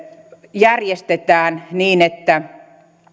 järjestetään niin että